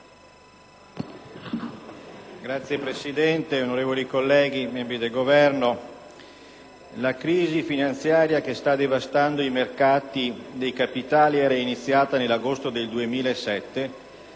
Signora Presidente, onorevoli colleghi, membri del Governo, la crisi finanziaria che sta devastando i mercati dei capitali era iniziata nell'agosto del 2007